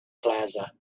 plaza